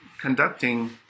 conducting